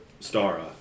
Stara